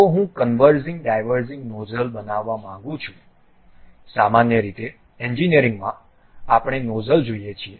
જો હું converging diverging nozzle બનાવવા માંગું છું સામાન્ય રીતે એન્જિનિયરિંગમાં આપણે નોઝલ જોઈએ છે